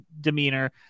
demeanor